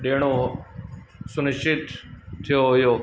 ॾियणो हुओ सुनिश्चित थियो हुओ